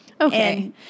Okay